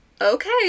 okay